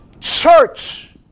church